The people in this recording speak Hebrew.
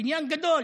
בניין גדול,